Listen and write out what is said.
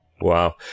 Wow